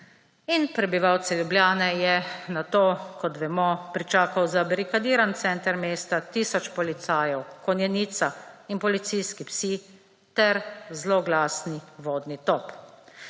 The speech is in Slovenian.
In prebivalce Ljubljane je nato, kot vemo, pričakal zabarikadiran center mesta, tisoč policajev, konjenica in policijski psi ter zloglasni vodni top.